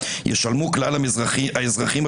ישלמו כלל האזרחים,